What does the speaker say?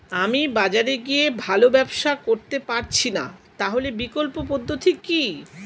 আমি বাজারে গিয়ে ভালো ব্যবসা করতে পারছি না তাহলে বিকল্প পদ্ধতি কি?